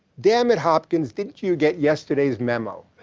damn it, hopkins, didn't you get yesterday's memo?